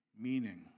meaning